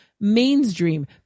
mainstream